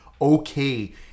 okay